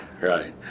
right